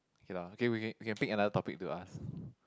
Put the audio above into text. okay lah okay we can we can pick another topic to ask